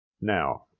Now